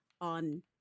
on